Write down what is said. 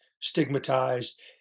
stigmatized